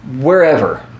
Wherever